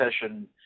session